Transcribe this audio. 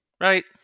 right